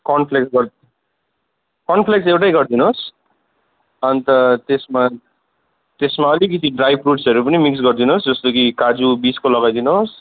cornflakes गर cornflakes एउटै गरिदिनु होस् अन्त त्यसमा त्यसमा अलिकति ड्राई फ्रुटसहरू पनि मिक्स गरिदिनु होस् जस्तो कि काजु बिसको लगाइदिनु होस्